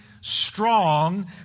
strong